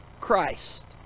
Christ